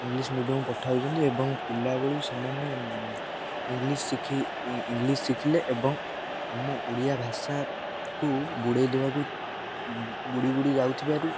English medium ପଠାଉଛନ୍ତି ଏବଂ ପିଲାବେଳୁ ସେମାନେ ଇଂଲିଶ ଶିଖି ଇଂଲିଶ ଶିଖିଲେ ଏବଂ ଆମ ଓଡ଼ିଆ ଭାଷାକୁ ବୁଡ଼େଇ ଦେବାକୁ ବୁଡ଼ି ବୁଡ଼ି ଯାଉଥିବାରୁ